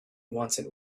wanted